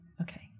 Okay